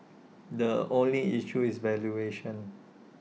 the only issue is valuation